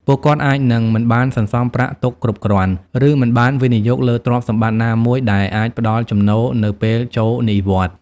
ពួកគាត់អាចនឹងមិនបានសន្សំប្រាក់ទុកគ្រប់គ្រាន់ ឬមិនបានវិនិយោគលើទ្រព្យសម្បត្តិណាមួយដែលអាចផ្ដល់ចំណូលនៅពេលចូលនិវត្តន៍។